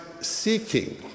seeking